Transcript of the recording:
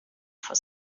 for